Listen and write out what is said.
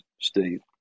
Steve